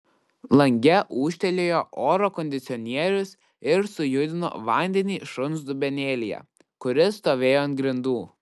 lange ūžtelėjo oro kondicionierius ir sujudino vandenį šuns dubenėlyje kuris stovėjo ant grindų